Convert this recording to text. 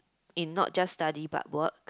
in not just study but work